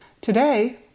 Today